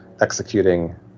executing